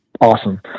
awesome